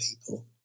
people